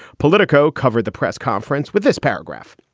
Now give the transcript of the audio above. politico covered the press conference with this paragraph.